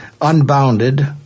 unbounded